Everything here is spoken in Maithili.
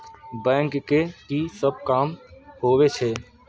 बैंक के की सब काम होवे छे?